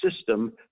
system